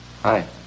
Hi